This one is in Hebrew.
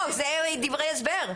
אלה דברי הסבר.